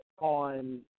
on